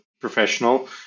professional